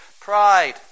pride